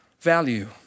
value